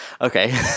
Okay